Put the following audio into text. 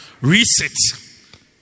reset